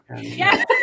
Yes